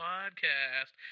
Podcast